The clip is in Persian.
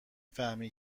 فهمی